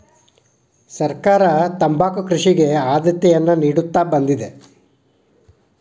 ಸರ್ಕಾರವು ತಂಬಾಕು ಕೃಷಿಗೆ ಆದ್ಯತೆಯನ್ನಾ ನಿಡುತ್ತಾ ಬಂದಿದೆ